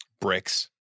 Bricks